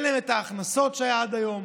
אין להן את ההכנסות שהיו עד היום.